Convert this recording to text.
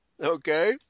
okay